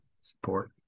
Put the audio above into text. support